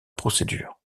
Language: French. procédure